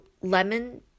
lemon